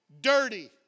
dirty